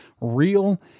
real